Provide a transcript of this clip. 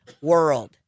world